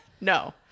no